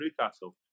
Newcastle